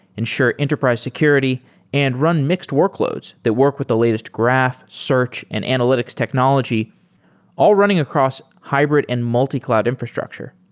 ensure enterprise security and run mixed workloads that work with the latest graph, search and analytics technology all running across hybrid and multi-cloud infrastructure.